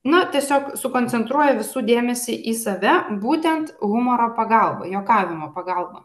na tiesiog sukoncentruoja visų dėmesį į save būtent humoro pagalba juokavimo pagalba